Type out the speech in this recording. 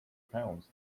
pound